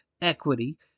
Equity